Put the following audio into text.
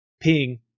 ping